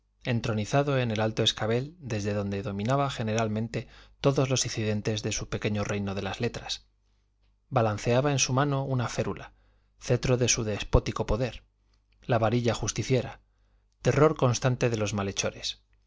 entronizado en el alto escabel desde donde dominaba generalmente todos los incidentes de su pequeño reino de las letras balanceaba en su mano una férula cetro de su despótico poder la varilla justiciera terror constante de los malhechores